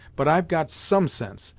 but i've got some sense,